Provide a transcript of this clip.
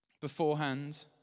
beforehand